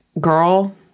girl